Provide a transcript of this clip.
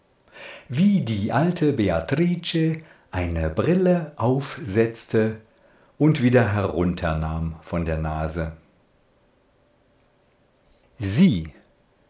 wie die alte beatrice eine brille aufsetzte und wieder herunternahm von der nase sie